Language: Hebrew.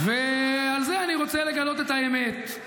ועל זה אני רוצה לגלות את האמת.